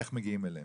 איך מגיעים אליהם.